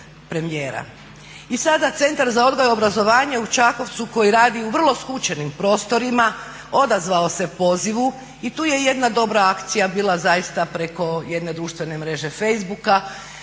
I sada Centar za odgoj i obrazovanje u Čakovcu koji radi u vrlo skučenim prostorima odazvao se pozivu i tu je jedna dobra akcija bila zaista preko jedne društvene mreže facebooka,